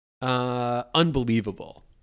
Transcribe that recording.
Unbelievable